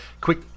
quick